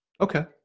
Okay